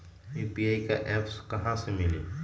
UPI का app कहा से मिलेला?